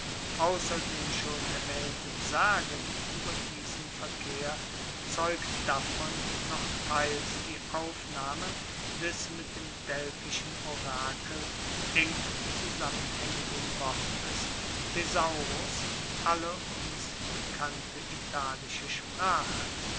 den schon erwaehnten sagen ueber diesen verkehr zeugt davon noch teils die aufnahme des mit dem delphischen orakel eng zusammenhaengenden wortes thesaurus in alle uns bekannte italische sprachen